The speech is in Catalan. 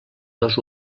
dos